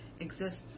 exists